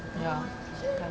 ya I